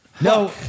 No